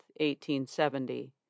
1870